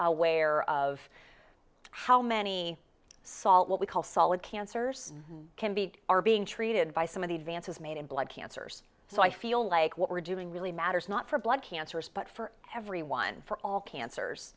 aware of how many saw what we call solid cancers can be are being treated by some of the advances made in blood cancers so i feel like what we're doing really matters not for blood cancers but for everyone for all cancers